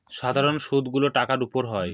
সাধারন সুদ গুলো টাকার উপর হয়